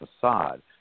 facade